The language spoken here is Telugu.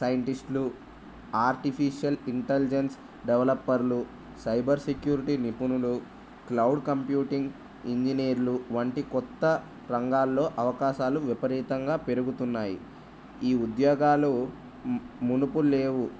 సైంటిస్టులు ఆర్టిఫిషియల్ ఇంటెలిజెన్స్ డెవలప్పర్లు సైబర్ సెక్యూరిటీ నిపుణులు క్లౌడ్ కంప్యూటింగ్ ఇంజనీర్లు వంటి క్రొత్త రంగాల్లో అవకాశాలు విపరీతంగా పెరుగుతున్నాయి ఈ ఉద్యోగాలు మునుపు లేవు